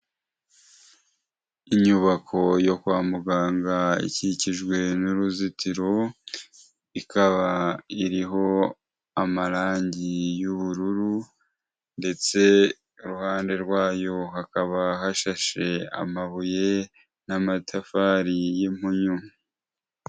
Inyubako yo kwa muganga, ikikijwe n'uruzitiro, ikaba iriho amarangi y'ubururu ndetse iruhande rwayo, hakaba hashashe amabuye n'amatafari y'impunyu.